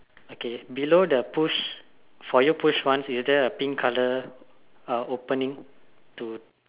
okay below the push for you push one is there a pink colour uh opening to